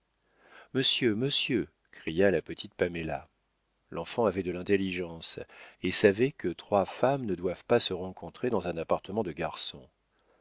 monsieur monsieur cria la petite paméla l'enfant avait de l'intelligence et savait que trois femmes ne doivent pas se rencontrer dans un appartement de garçon